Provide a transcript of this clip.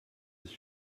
ist